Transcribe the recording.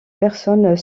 personnes